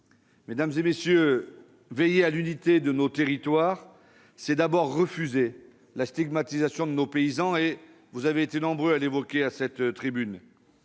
pour y parvenir. Veiller à l'unité de nos territoires, c'est d'abord refuser la stigmatisation de nos paysans, comme vous avez été nombreux à l'exprimer à cette tribune.